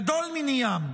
גדול מני ים.